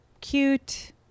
cute